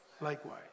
likewise